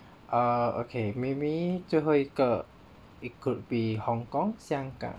ah okay maybe 最后一个 it could be Hong-Kong 香港